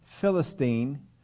Philistine